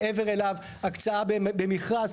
מעבר אליו הקצאה במכרז.